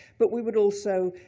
but we would also